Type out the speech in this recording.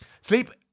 Sleep